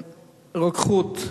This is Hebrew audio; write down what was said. רוקחות,